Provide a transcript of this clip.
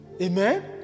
Amen